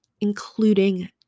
including